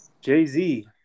Jay-Z